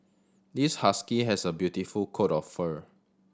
this husky has a beautiful coat of fur